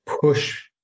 push